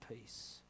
peace